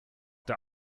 der